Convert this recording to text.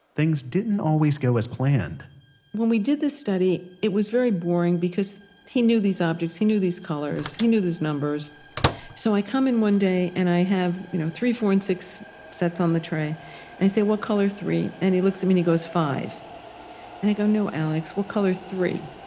things didn't always go as planned when we did this study, it was very boring because he knew these objects, he knew these colors, he knew these numbers so i come in one day and i have you know three, four and six sets on the tray and i say, what color three? and he looks at me and he goes, five, and i go, no, alex. what color is three?